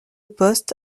poste